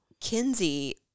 Kinsey